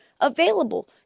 available